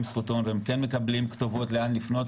זכותון והם מקבלים כתובות לאן לפנות,